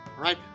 Right